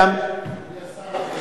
אדוני השר,